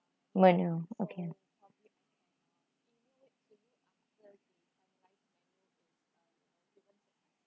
menu okay